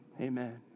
Amen